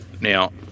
Now